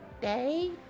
day